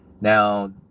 now